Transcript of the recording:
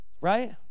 right